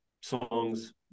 songs